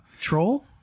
Troll